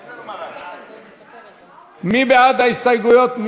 מי בעד ההסתייגויות?